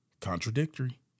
Contradictory